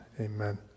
amen